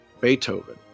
Beethoven